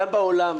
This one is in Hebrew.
גם בעולם,